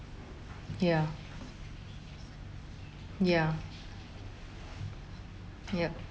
ya ya yup